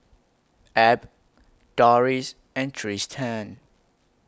Ab Dorris and Trystan